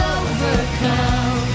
overcome